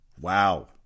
Wow